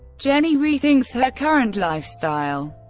jenny rethinks her current lifestyle.